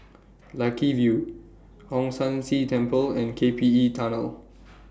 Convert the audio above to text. Lucky View Hong San See Temple and K P E Tunnel